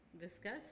discuss